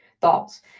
Thoughts